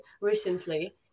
recently